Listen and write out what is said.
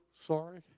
sorry